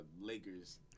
Lakers